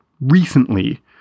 recently